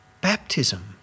Baptism